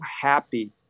happy